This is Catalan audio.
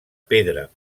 pedra